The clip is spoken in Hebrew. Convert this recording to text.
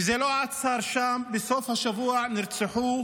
וזה לא עצר שם, בסוף השבוע נרצחו